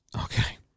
Okay